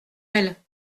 elle